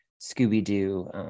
Scooby-Doo